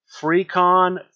FreeCon